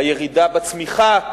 הירידה בצמיחה,